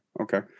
Okay